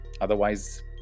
Otherwise